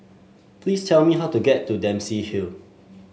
please tell me how to get to Dempsey Hill